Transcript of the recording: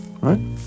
right